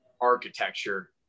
architecture